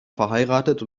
verheiratet